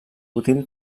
útil